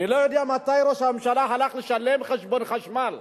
אני לא יודע מתי ראש הממשלה הלך לשלם חשבון חשמל.